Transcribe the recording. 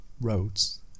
roads